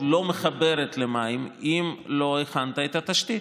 לא מחברת למים אם לא הכנת את התשתית.